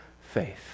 faith